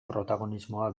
protagonismoa